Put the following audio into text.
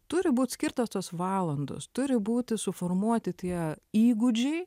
turi būt skirtos tos valandos turi būti suformuoti tie įgūdžiai